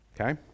okay